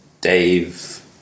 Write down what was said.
Dave